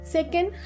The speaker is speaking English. Second